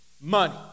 money